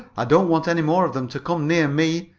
i don't want any more of them to come near me,